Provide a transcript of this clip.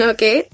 Okay